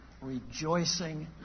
rejoicing